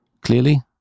clearly